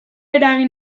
eragin